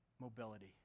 mobility